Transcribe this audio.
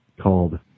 Called